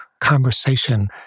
conversation